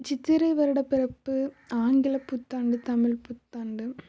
சித்திரை வருடப்பிறப்பு ஆங்கில புத்தாண்டு தமிழ் புத்தாண்டு